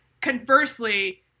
conversely